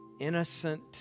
innocent